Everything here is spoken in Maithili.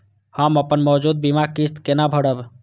हम अपन मौजूद बीमा किस्त केना भरब?